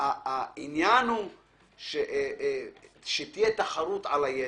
העניין הוא שתהיה תחרות על הידע.